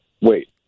wait